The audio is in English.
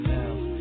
Now